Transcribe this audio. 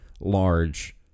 large